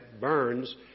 Burns